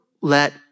let